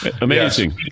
amazing